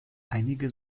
einige